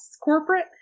corporate